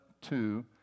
two